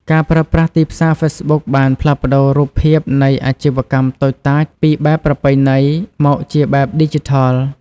ការប្រើប្រាស់ទីផ្សារហ្វេសប៊ុកបានផ្លាស់ប្តូររូបភាពនៃអាជីវកម្មតូចតាចពីបែបប្រពៃណី មកជាបែបឌីជីថល។